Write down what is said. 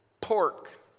pork